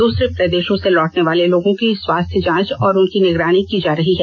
दूसरे प्रदेशों से लौटने वाले लोगों की स्वास्थ्य जांच और उनकी निगरानी की जा रही है